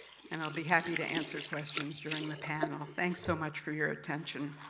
and i'll be happy to answer questions during the panel. thanks so much, for your attention.